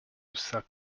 suck